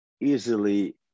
easily